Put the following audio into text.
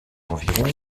environ